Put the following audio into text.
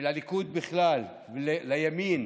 ולליכוד בכלל, לימין: